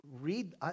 read